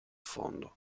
fondo